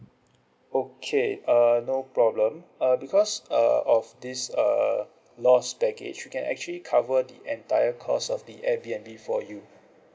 okay uh no problem uh because uh of this uh lost baggage we can actually cover the entire cost of the airbnb for you